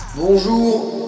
Bonjour